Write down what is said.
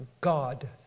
God